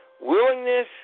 willingness